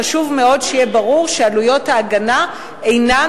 חשוב מאוד שיהיה ברור שעלויות ההגנה אינן